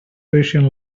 patient